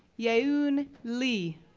yeeun lee,